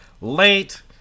late